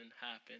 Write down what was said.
happen